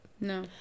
No